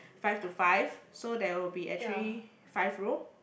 five to five so there will be actually five row